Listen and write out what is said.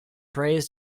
prays